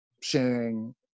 sharing